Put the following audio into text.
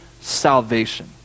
salvation